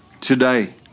today